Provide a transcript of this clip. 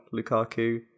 Lukaku